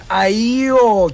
ayo